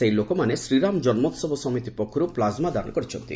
ସେହି ଲୋକମାନେ ଶ୍ରୀରାମ ଜନ୍ମୋହବ ସମିତି ପକ୍ଷରୁ ପ୍ଲାଜ୍ମା ଦାନ କରିଛନ୍ତି